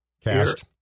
Cast